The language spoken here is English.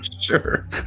sure